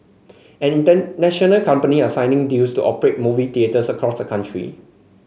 and international company are signing deals to operate movie theatres across the country